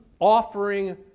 offering